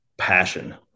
Passion